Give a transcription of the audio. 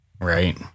Right